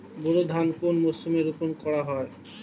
বোরো ধান কোন মরশুমে রোপণ করা হয়?